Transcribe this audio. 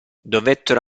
dovettero